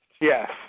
Yes